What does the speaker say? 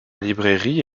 librairie